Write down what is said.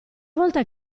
volta